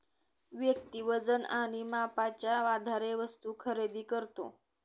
व्यक्ती वजन आणि मापाच्या आधारे वस्तू खरेदी करतो